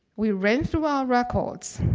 we ran so our records,